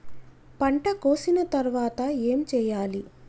పంట కోసిన తర్వాత ఏం చెయ్యాలి?